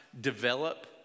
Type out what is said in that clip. develop